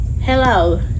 Hello